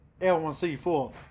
L1C4